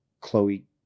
Chloe